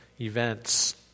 events